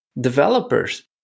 developers